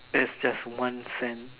that's just one cent